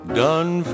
done